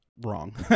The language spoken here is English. Wrong